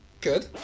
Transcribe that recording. Good